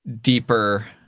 deeper